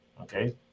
okay